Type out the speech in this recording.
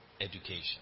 education